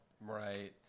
Right